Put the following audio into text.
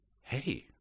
Hey